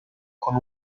con